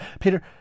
Peter